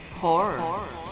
horror